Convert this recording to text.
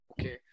okay